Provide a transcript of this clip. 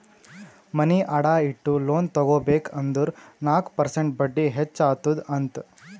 ಮನಿ ಅಡಾ ಇಟ್ಟು ಲೋನ್ ತಗೋಬೇಕ್ ಅಂದುರ್ ನಾಕ್ ಪರ್ಸೆಂಟ್ ಬಡ್ಡಿ ಹೆಚ್ಚ ಅತ್ತುದ್ ಅಂತ್